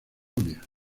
novia